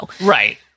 Right